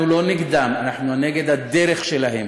אנחנו לא נגדם, אנחנו נגד הדרך שלהם.